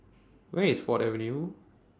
Where IS Ford Avenue